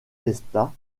testa